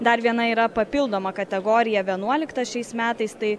dar viena yra papildoma kategorija vienuolikta šiais metais tai